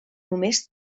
només